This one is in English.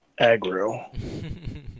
aggro